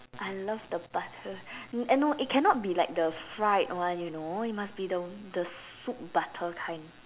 I love the butter and no it cannot be like the fried one you know it must be the the soup butter kind